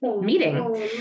meeting